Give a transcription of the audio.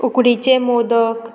उकुडीचे modak